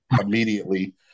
immediately